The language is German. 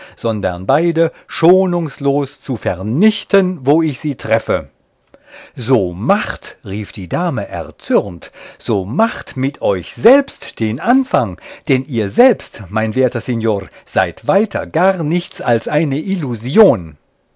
sondern beide schonungslos zu vernichten wo ich sie treffe so macht rief die dame erzürnt so macht mit euch selbst den anfang denn ihr selbst mein werter signor seid weiter gar nichts als eine illusion